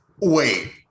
Wait